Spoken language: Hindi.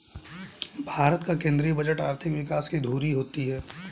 भारत का केंद्रीय बजट आर्थिक विकास की धूरी होती है